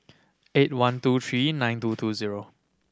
eight one two three nine two two zero